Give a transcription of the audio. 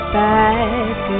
back